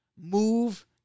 move